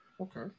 Okay